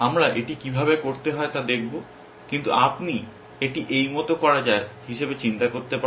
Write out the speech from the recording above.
আমরা এটি কিভাবে করা হয় তা দেখব কিন্তু আপনি এটি এই মত করা যায় হিসাবে চিন্তা করতে পারেন